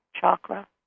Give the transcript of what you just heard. chakra